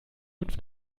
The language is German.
fünf